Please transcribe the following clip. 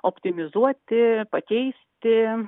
optimizuoti pakeisti